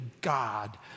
God